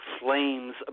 flames